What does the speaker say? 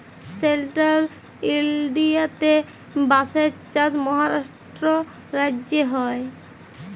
central ইলডিয়াতে বাঁশের চাষ মহারাষ্ট্র রাজ্যে হ্যয়